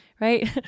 right